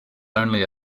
only